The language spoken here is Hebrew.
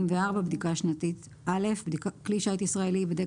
84.בדיקה שנתית כלי שיט ישראלי ייבדק